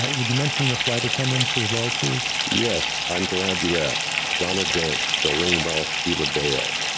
ah would you mention your flight attendants as well please? yes, i'm glad you asked donna dent, doreen welsh, sheila dale,